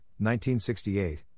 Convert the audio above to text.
1968